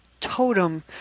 totem